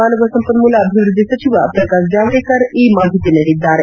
ಮಾನವ ಸಂಪನ್ನೂಲ ಅಭಿವೃದ್ದಿ ಸಚಿವ ಪ್ರಕಾಶ್ ಜಾವಡೇಕರ್ ಈ ಮಾಹಿತಿ ನೀಡಿದ್ದಾರೆ